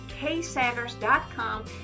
ksanders.com